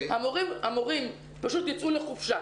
המורים פשוט ייצאו לחופשה.